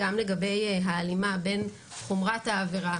גם לגבי ההלימה בין חומרת העבירה,